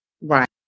Right